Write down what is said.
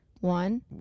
One